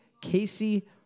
Casey